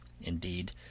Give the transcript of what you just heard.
indeed